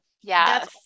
Yes